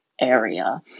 area